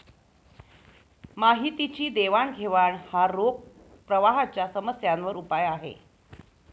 माहितीची देवाणघेवाण हा रोख प्रवाहाच्या समस्यांवर उपाय आहे